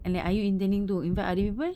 and then are you intending to invite other people